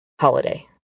holiday